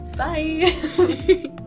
bye